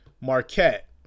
Marquette